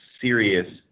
serious